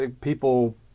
people